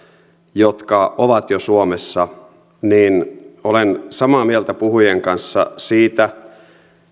jotka ovat jo suomessa niin olen samaa mieltä puhujien kanssa siitä